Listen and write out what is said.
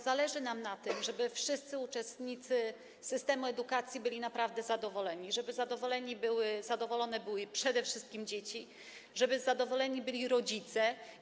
Zależy nam na tym, żeby wszyscy uczestnicy systemu edukacji byli naprawdę zadowoleni, żeby zadowolone były przede wszystkim dzieci, żeby zadowoleni byli rodzice.